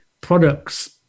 products